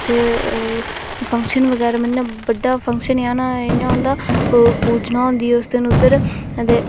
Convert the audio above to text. उत्थै फंक्शन बगैरा मतलब बड्डा फंक्शन बगैरा पूजना होंदा उस दिन उद्धऱ अदे